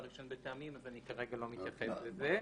עישון בטעמים אז אני כרגע לא מתייחס לזה.